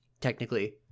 technically